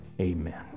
Amen